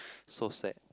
so sad